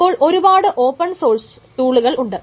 അപ്പോൾ ഒരുപാട് open source ടൂളുകൾ ഉണ്ട്